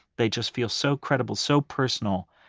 they just feel so credible, so personal,